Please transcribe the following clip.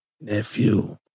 nephew